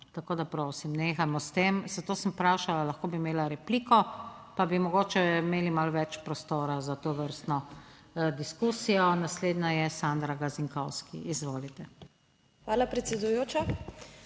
Tako da prosim nehajmo s tem. Zato sem vprašala, lahko bi imela repliko, pa bi mogoče imeli malo več prostora za tovrstno diskusijo. Naslednja je Sandra Gazinkovski. Izvolite. **SANDRA